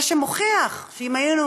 מה שמוכיח שאם היינו